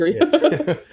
agree